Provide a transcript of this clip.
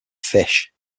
fish